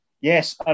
Yes